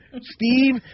Steve